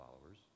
followers